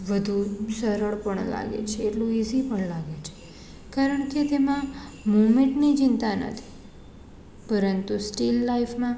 વધુ સરળ પણ લાગે છે એટલું ઇઝી પણ લાગે છે કારણ કે તેમાં મુમેન્ટની ચિંતા નથી પરંતુ સ્ટીલ લાઈવમાં